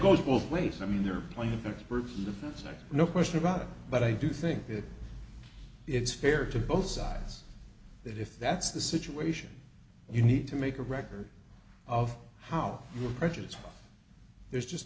goes both ways i mean there are plenty of experts in the fence and no question about it but i do think that it's fair to both sides that if that's the situation you need to make a record of how you're prejudiced there's just